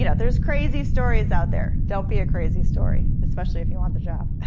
you know there's crazy stories out there. don't be a crazy story, especially if you want the job.